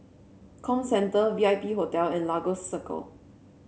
Comcenter V I P Hotel and Lagos Circle